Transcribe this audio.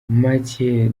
mathieu